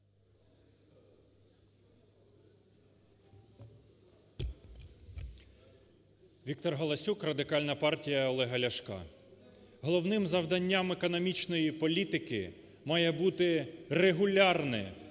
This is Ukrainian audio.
Віктор Галасюк, Радикальна партія Олега Ляшка. Головним завданням економічної політики має бути регулярне,